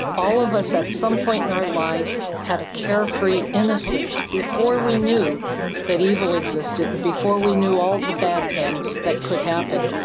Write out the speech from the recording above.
all of us at some point in our lives had a carefree innocence before we knew that evil existed, and before we knew all the bad things that could happen.